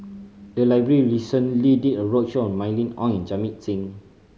the library recently did a roadshow on Mylene Ong in Jamit Singh